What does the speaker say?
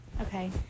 Okay